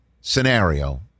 scenario